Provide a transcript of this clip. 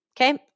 okay